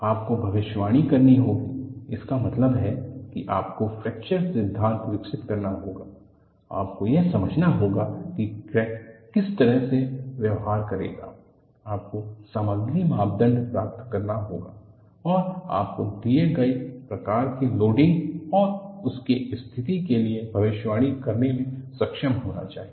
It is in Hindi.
आपको भविष्यवाणी करनी होगी इसका मतलब है कि आपको फ्रैक्चर सिद्धांत विकसित करना होगा आपको यह समझना होगा कि क्रैक किस तरह से व्यवहार करेगा आपको सामग्री मापदंड प्राप्त करना होगा और आपको दिए गए प्रकार के लोडिंग और उनके स्थिति के लिए भविष्यवाणी करने में सक्षम होना चाहिए